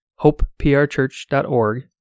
hopeprchurch.org